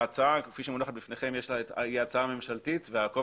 ההצעה כפי שמונחת בפניכם היא הצעה ממשלתית וה"עקוב